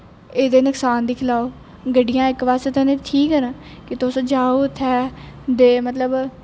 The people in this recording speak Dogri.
एह्दे नकसान दिक्खी लैओ गड्डियां इक पास्सै तुसें ठीक न कि तुस जाओ उत्थें ते मतलब